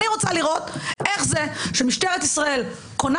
אני רוצה לראות איך זה שמשטרת ישראל קונה